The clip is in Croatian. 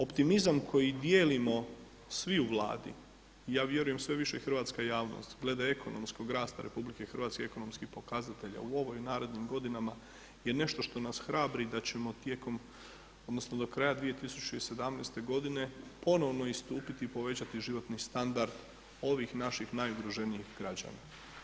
Optimizam koji dijelimo svi u Vladi, ja vjerujem sve više hrvatska javnost glede ekonomskog rasta RH i ekonomskih pokazatelja u ovoj i nerednim godinama je nešto što nas hrabri da ćemo tijekom odnosno do kraja 2017. godine ponovno istupiti i povećati životni standard ovih naših najugroženijih građana.